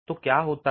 तो क्या होता है